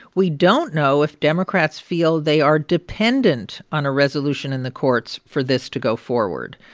we don't know if democrats feel they are dependent on a resolution in the courts for this to go forward.